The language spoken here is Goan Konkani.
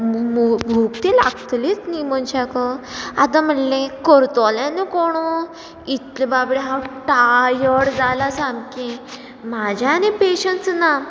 भू भूक ती लागतलीच न्ही मनशाक आतां म्हणलें करतलो आनी कोण इतले बाबडें हांव टायर्ड जालां सामकें म्हज्या आनी पेशंस ना